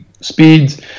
speeds